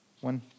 One